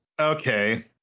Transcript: Okay